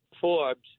Forbes